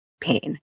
pain